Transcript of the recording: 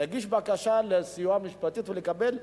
להגיש בקשה לסיוע משפטי ולקבל,